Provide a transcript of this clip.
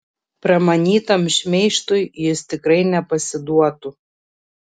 pramanytam šmeižtui jis tikrai nepasiduotų